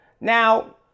Now